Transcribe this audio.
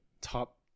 top